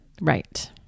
Right